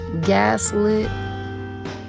gaslit